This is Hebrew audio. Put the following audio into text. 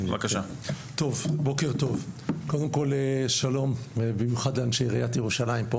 בוקר טוב, שלום, במיוחד לאנשי עיריית ירושלים.